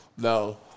No